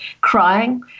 crying